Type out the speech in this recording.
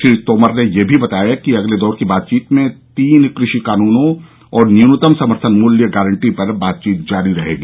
श्री तोमर ने यह भी बताया कि अगले दौर की बातचीत में तीन कृषि कानूनों और न्यूनतम समर्थन मूल्य गारंटी पर बातचीत जारी रहेगी